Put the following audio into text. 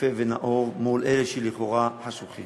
יפה ונאור מול אלה שהם לכאורה חשוכים.